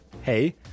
Hey